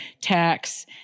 tax